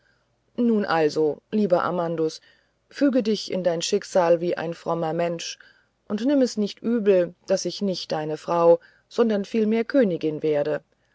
nun also lieber amandus füge dich in dein schicksal wie ein frommer mensch und nimm es nicht übel daß ich nicht deine frau sondern vielmehr königin werde